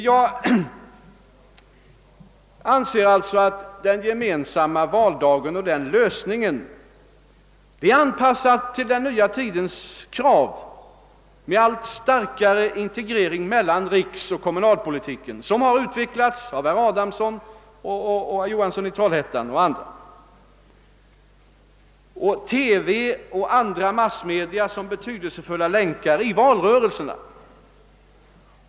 Jag anser alltså att lösningen beträffande den gemensamma valdagen är anpassad till den nya tidens krav med dess allt starkare integrering mellan riksoch kommunalpolitik och med TV och andra massmedia som betydelsefulla länkar i valrörelserna, vilket utvecklats av herr Adamsson, herr Johansson i Trollhättan och andra.